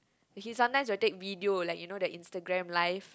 he sometimes will take video like you know the Instagram live